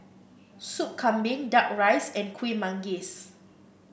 Soup Kambing duck rice and Kuih Manggis